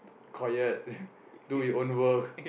quiet do your own work